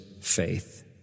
faith